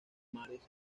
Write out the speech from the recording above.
mares